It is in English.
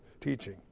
teaching